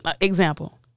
example